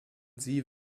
sie